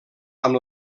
amb